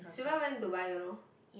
sylvia went Dubai you know